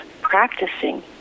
practicing